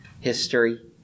history